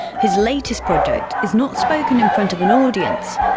his latest project is not spoken in front of an audience,